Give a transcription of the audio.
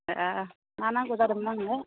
ए ना नांगौ जादोंमोन आंनो